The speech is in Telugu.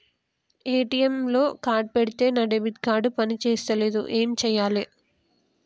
ఏ.టి.ఎమ్ లా కార్డ్ పెడితే నా డెబిట్ కార్డ్ పని చేస్తలేదు ఏం చేయాలే?